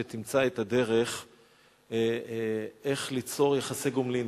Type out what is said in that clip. שתמצא את הדרך איך ליצור יחסי גומלין.